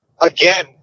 Again